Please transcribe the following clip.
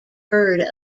heard